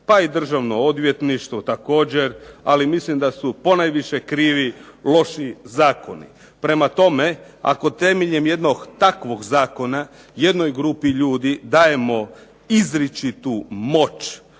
pa i državno odvjetništvo također, ali mislim da su ponajviše krivi loši zakoni. Prema tome, ako temeljem jednog takvog zakona jednoj grupi ljudi dajemo izričitu moć,